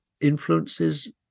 influences